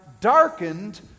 darkened